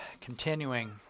continuing